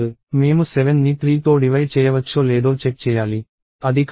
మేము 7ని 3తో డివైడ్ చేయవచ్చో లేదో చెక్ చేయాలి అది కాదు